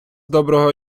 доброго